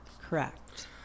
Correct